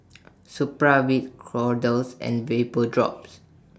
Supravit Kordel's and Vapodrops